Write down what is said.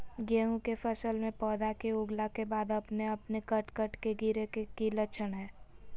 गेहूं के फसल में पौधा के उगला के बाद अपने अपने कट कट के गिरे के की लक्षण हय?